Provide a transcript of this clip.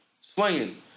Swinging